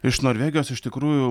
iš norvegijos iš tikrųjų